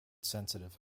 sensitive